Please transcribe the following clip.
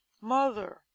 mother